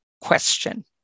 question